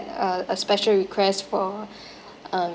a a special requests for um